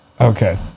Okay